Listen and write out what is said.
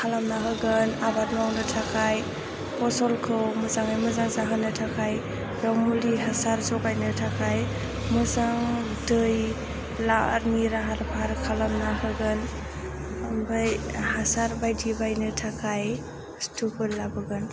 खालामना होगोन आबाद मावनो थाखाय फसलखौ मोजाङै मोजां जाहोनो थाखाय बेयाव मुलि हासार जगायनो थाखाय मोजां दैनि लाहार फाहार खालामना होगोन ओमफ्राय हासार बायदि बायनो थाखाय बुस्तुफोर लाबोगोन